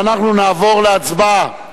ואנחנו נעבור להצבעה.